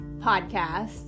podcast